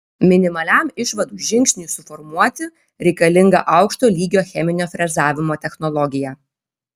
minimaliam išvadų žingsniui suformuoti reikalinga aukšto lygio cheminio frezavimo technologija